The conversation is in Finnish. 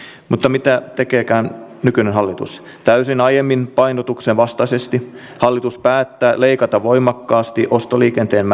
mutta mitä tekeekään nykyinen hallitus täysin aiemman painotuksen vastaisesti hallitus päättää leikata voimakkaasti ostoliikenteen